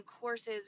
courses